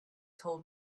told